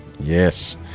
Yes